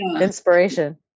inspiration